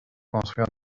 construit